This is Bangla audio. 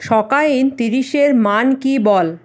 সকাইন ত্রিশের মান কী বল